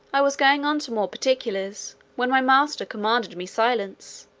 i was going on to more particulars, when my master commanded me silence.